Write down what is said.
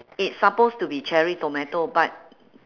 it's suppose to be cherry tomato but